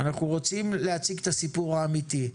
אנחנו רוצים להציג את הסיפור האמיתי,